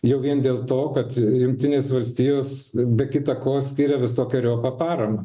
jau vien dėl to kad jungtinės valstijos be kita ko skiria visokeriopą paramą